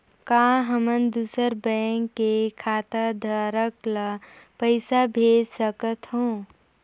का हमन दूसर बैंक के खाताधरक ल पइसा भेज सकथ हों?